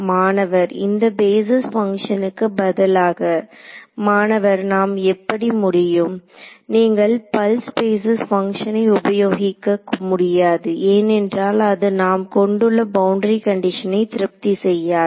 மாணவர் இந்த பேஸிஸ் பங்க்ஷனுக்கு பதிலாக மாணவர் நாம் எப்படி முடியும் நீங்கள் பல்ஸ் பேஸிஸ் பங்க்ஷனை உபயோகிக்க முடியாது ஏனென்றால் அது நாம் கொண்டுள்ள பவுண்டரி கண்டிஷனை திருப்தி செய்யாது